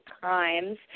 crimes